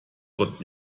gott